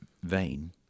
vein